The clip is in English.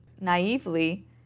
naively